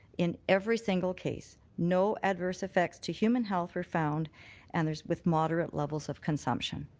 in every single case, no adverse effects to human health were found and there's with moderate levels of consumption.